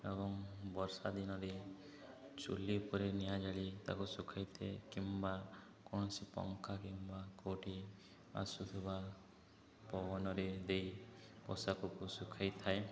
ଏବଂ ବର୍ଷା ଦିନରେ ଚୁଲି ଉପରେ ନିଆଁ ଜାଳି ତାକୁ ଶୁଖାଇଥାଏ କିମ୍ବା କୌଣସି ପଙ୍ଖା କିମ୍ବା କେଉଁଠି ଆସୁଥିବା ପବନରେ ଦେଇ ପୋଷାକକୁ ଶୁଖାଇଥାଏ